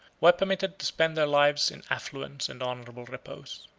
were permitted to spend their lives in affluence and honorable repose.